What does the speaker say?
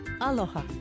aloha